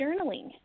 journaling